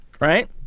Right